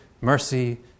mercy